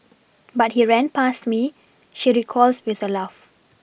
but he ran past me she recalls with a laugh